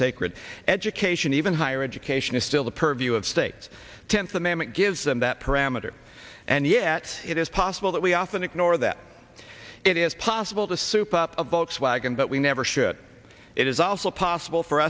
sacred education even higher education is still the purview of states tenth amendment gives them that parameter and yet it is possible that we often ignore that it is possible to soup up a volkswagen but we never should it is also possible for